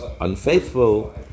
unfaithful